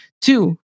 Two